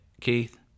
Keith